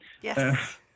Yes